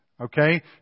Okay